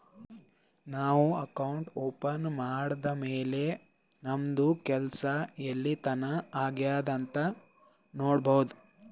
ನಾವು account open ಮಾಡದ್ದ್ ಮ್ಯಾಲ್ ನಮ್ದು ಕೆಲ್ಸಾ ಎಲ್ಲಿತನಾ ಆಗ್ಯಾದ್ ಅಂತ್ ನೊಡ್ಬೋದ್